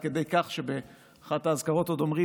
עד כדי כך שבאחת האזכרות עוד אומרים: